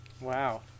Wow